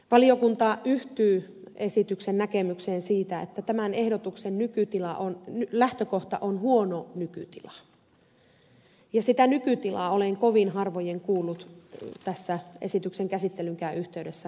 valiokunta yhtyy esityksen näkemykseen siitä että tämän ehdotuksen lähtökohta on huono nykytila ja sitä nykytilaa olen kovin harvojen kuullut tässä esityksen käsittelynkään yhteydessä puolustavan